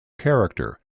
character